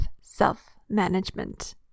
self-management